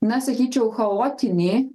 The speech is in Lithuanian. na sakyčiau chaotinį